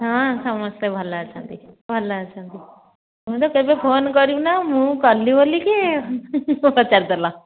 ହଁ ସମସ୍ତେ ଭଲ ଅଛନ୍ତି ଭଲ ଅଛନ୍ତି ତୁମେ ତ କେବେ ଫୋନ କରିବୁନା ମୁଁ କଲି ବୋଲିକି ପଚାରି ଦେଲ